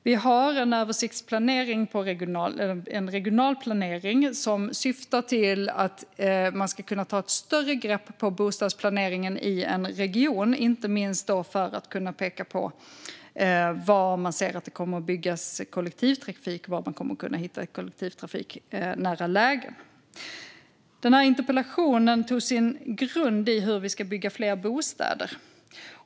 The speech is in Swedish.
Vi har en översiktsplanering - en regional planering - som syftar till att man ska kunna ta ett större grepp om bostadsplaneringen i en region, inte minst för att kunna peka på var man ser att det kommer att byggas kollektivtrafik och var man kommer att kunna hitta kollektivtrafiknära lägen. Interpellationen tog sin grund i hur vi ska bygga fler bostäder.